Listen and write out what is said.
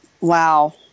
wow